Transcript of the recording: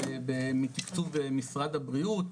מתקצוב משרד הבריאות,